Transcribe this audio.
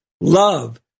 love